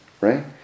right